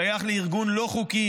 שייך לארגון לא חוקי,